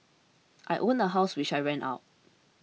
I own a house which I rent out